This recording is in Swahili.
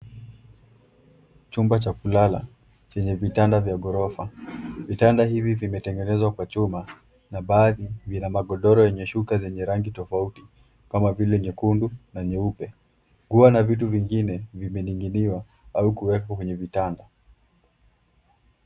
Chumba cha kulala chenye vitanda vya ghorofa. Vitanda hivi vimetengenezwa kwa chuma na baadhi vina magodoro yenye shuka zenye rangi tofauti kama vile nyekundu na nyeupe. Nguo na vitu vingine vimening'iniwa au kuwekwa kwenye vitanda.